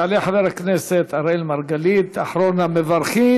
יעלה חבר הכנסת אראל מרגלית, אחרון המברכים.